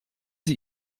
sie